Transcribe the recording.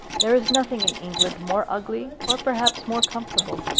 there is nothing in england more ugly or perhaps more comfortable.